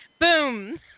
Boom